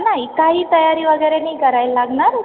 नाही काही तयारी वगैरे नाही करायला लागणार